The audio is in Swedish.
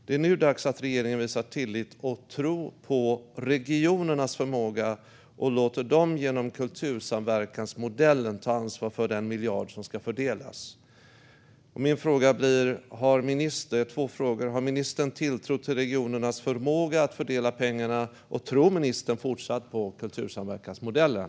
Det är nu dags att regeringen visar tillit till och tro på regionernas förmåga och låter dem genom kultursamverkansmodellen ta ansvar för den miljard som ska fördelas. Har ministern tilltro till regionernas förmåga att fördela pengarna? Och tror ministern även i fortsättningen på kultursamverkansmodellen?